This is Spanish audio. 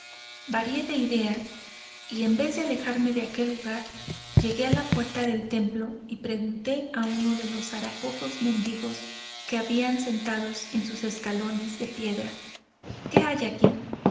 varié de idea y en vez de alejarme de aquel lugar llegué a la puerta del templo y pregunté a uno de los haraposos mendigos que había sentados en sus escalones de piedra qué hay aquí